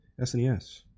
SNES